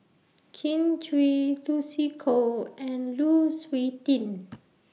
Kin Chui Lucy Koh and Lu Suitin